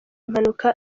impanuka